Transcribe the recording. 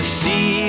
see